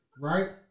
right